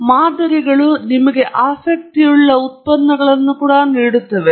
ಈಗ ಮಾದರಿಗಳು ನಿಮಗೆ ಆಸಕ್ತಿಯುಳ್ಳ ಉತ್ಪನ್ನಗಳನ್ನು ಕೂಡಾ ನೀಡುತ್ತವೆ